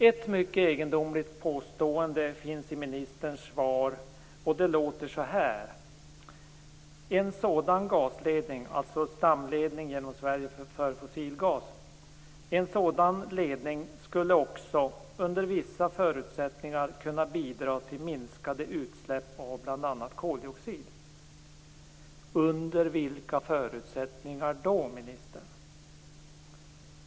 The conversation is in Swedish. Ett mycket egendomligt påstående finns i ministerns svar: "En sådan ledning" - alltså en stamledning genom Sverige för fossilgas - "skulle också - under vissa förutsättningar - kunna bidra till minskade utsläpp av bl.a. koldioxid -". Under vilka förutsättningar då, ministern?